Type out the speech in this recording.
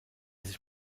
sich